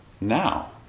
now